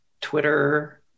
Twitter